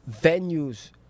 venues